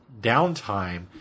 downtime